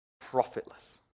profitless